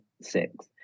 six